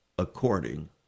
according